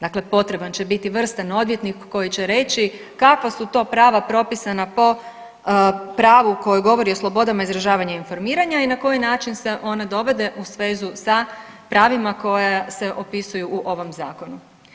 Dakle potreban će biti vrstan odvjetnik koji će reći kakva su to prava propisana po pravu koje govori o slobodama izražavanja i informiranja i na koji način se ona dovode u svezu sa pravima koja se opisuju u ovom Zakonu.